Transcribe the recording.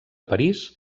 parís